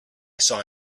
saw